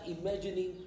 imagining